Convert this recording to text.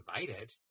invited